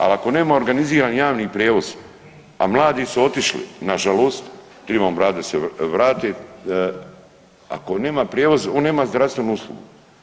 Ali ako nema organizirani javni prijevoz a mladi su otišli na žalost trebamo raditi da se vrate, ako nema prijevoz on nema zdravstvenu uslugu.